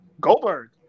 Goldberg